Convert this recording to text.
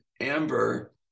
Amber